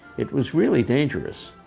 it was really dangerous.